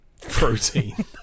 Protein